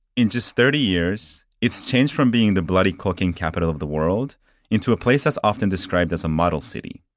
in just thirty years, it's changed from being the bloody cocaine capital of the world into a place that's often described as a model city.